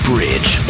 Bridge